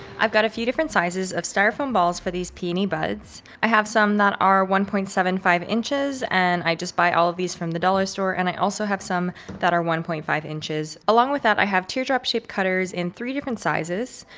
i've got a few different sizes of styrofoam balls for these peony buds. i have some that are one point seven five inches, and i just buy all of these from the dollar store. and i also have some that are one point five inches. along with that, i have teardrop shaped cutters in three different sizes.